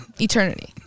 eternity